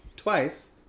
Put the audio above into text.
Twice